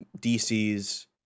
DC's